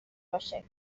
باشه